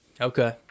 okay